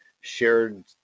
shared